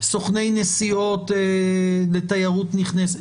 סוכני נסיעות לתיירות נכנסת.